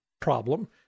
problem